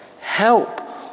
help